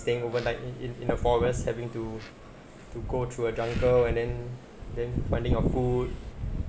staying overnight in in in the forest having to to go through a jungle and then then finding our food